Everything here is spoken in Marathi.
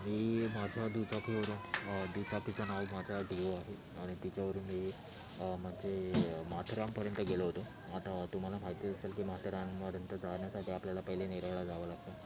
मी माझ्या दुचाकीवरून दुचाकीचं नाव माझ्या डिओ आहे आणि तिच्यावरून मी म्हणजे माथेरानपर्यंत गेलो होतो आता तुम्हाला माहिती असेल की माथेरानपर्यंत जाण्यासाठी आधी आपल्याला नेरळला जावं लागतं